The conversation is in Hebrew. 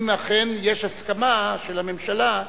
אם אכן יש הסכמה של הממשלה.